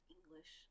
English